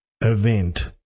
event